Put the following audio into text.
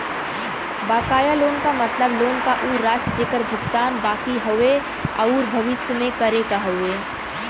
बकाया लोन क मतलब लोन क उ राशि जेकर भुगतान बाकि हउवे आउर भविष्य में करे क हउवे